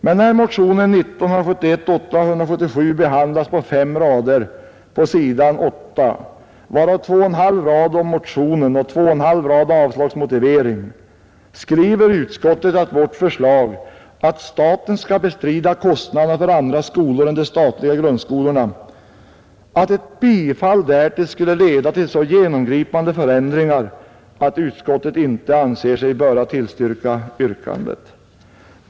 Men när motionen 877 behandlas på fem rader på s. 8 — varav 2 1 2 rad avslagsmotivering — skriver utskottet att ett bifall till vårt förslag att staten skall bestrida kostnaderna för andra skolor än de statliga grundskolorna skulle leda till så genomgripande förändringar att utskottet inte anser sig böra tillstyrka yrkandet.